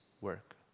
work